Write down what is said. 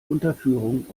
unterführung